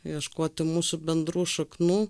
ieškoti mūsų bendrų šaknų